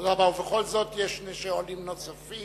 תודה רבה, ובכל זאת יש שני שואלים נוספים.